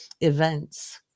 events